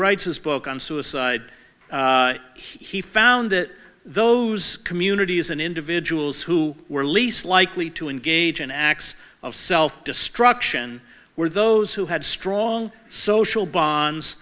writes his book on suicide he found that those communities and individuals who were least likely to engage in acts of self destruction were those who had strong social bonds